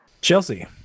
Chelsea